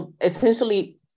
essentially